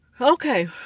Okay